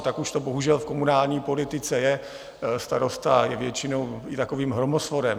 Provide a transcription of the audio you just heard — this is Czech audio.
Tak už to bohužel v komunální politice je, starosta je většinou takovým hromosvodem.